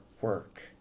work